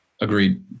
agreed